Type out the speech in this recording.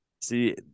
See